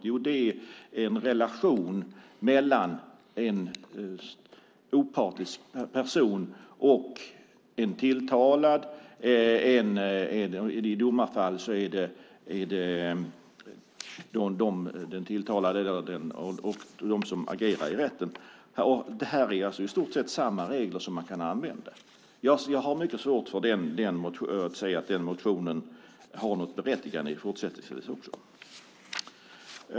Jo, det är en relation mellan en opartisk person och en tilltalad; i domarfall är det den tilltalade och de som agerar i rätten. Man kan alltså använda i stort sett samma regler. Jag har mycket svårt att se att den motionen har något berättigande fortsättningsvis.